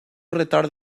retorn